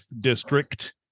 District